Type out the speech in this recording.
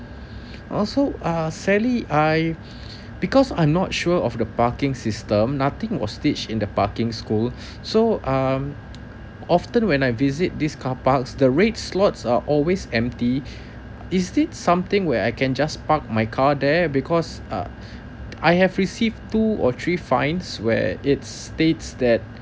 also uh sally I because I'm not sure of the parking system nothing was teach in the parking school so um often when I visit this car park the red lots are always empty is this something where I can just park my car there because uh I have received two or three fine where it's state that